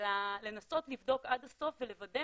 אלא לנסות לבדוק עד הסוף לוודא